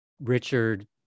Richard